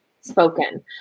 spoken